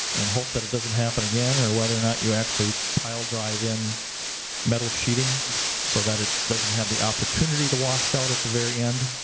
and hope that it doesn't happen again, or whether or not you actually pile drive in metal sheeting so that it doesn't have the opportunity to wash out at the very end,